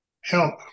help